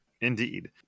Indeed